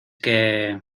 que